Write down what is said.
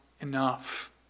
enough